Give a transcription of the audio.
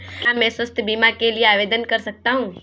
क्या मैं स्वास्थ्य बीमा के लिए आवेदन कर सकता हूँ?